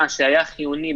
להפגנה,